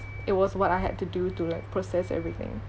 it was what I had to do to like process everything